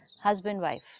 Husband-wife